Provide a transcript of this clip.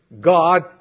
God